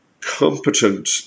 competent